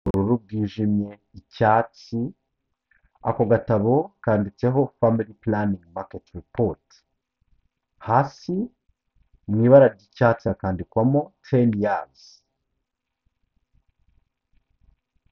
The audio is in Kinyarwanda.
Ubururu bwijimye, icyatsi, ako gatabo kandiditseho famili pulaningi maketi ripoti, hasi mu ibara ry'icyatsi hakandikwamo teni yazi .